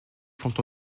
font